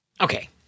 Okay